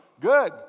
Good